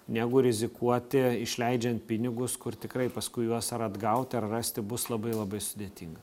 negu rizikuoti išleidžiant pinigus kur tikrai paskui juos ar atgauti ar rasti bus labai labai sudėtinga